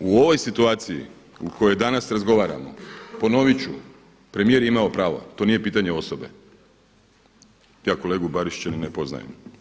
U ovoj situaciji u kojoj danas razgovaramo ponovit ću premijer je imao pravo to nije pitanje osobe. ja kolegu Barišića ni ne poznajem.